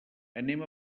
anem